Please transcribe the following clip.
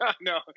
no